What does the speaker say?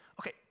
Okay